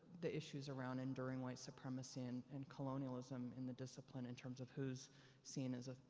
the issues around enduring white supremacy and, and colonialism in the discipline. in terms of who's seen as a,